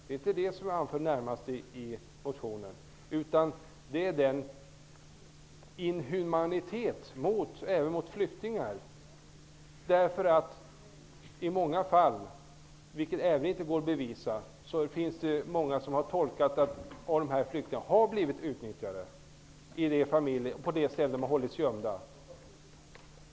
Det är inte det som jag närmast anför i motionen, utan det är inhumaniteten mot flyktingar. I många fall, vilket inte heller går att bevisa, har man tolkat det så att flyktingarna har blivit utnyttjade på de ställen där de hållits gömda.